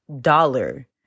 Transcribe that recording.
dollar